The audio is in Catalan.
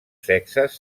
sexes